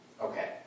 Okay